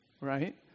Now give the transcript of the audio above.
right